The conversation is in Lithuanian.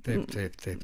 taip taip taip